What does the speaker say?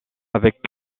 avec